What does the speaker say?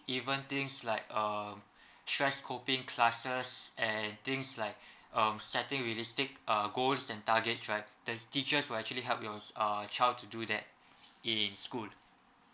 even things like um stress cooking classes and things like um setting realistic goals and targets right there's teachers will actually help yours uh child to do that in school